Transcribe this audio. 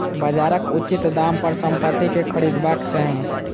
बजारक उचित दाम पर संपत्ति के खरीदबाक चाही